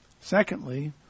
Secondly